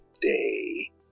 day